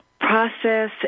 process